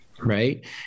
Right